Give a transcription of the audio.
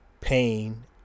pain